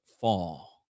fall